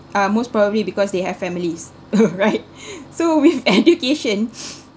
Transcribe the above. uh most probably because they have families right so with education